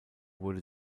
wurde